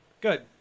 Good